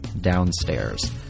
Downstairs